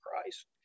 Christ